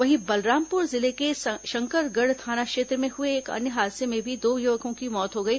वहीं बलरामपुर जिले के शंकरगढ़ थाना क्षेत्र में हुए एक अन्य हादसे में भी दो युवकों की मौत हो गई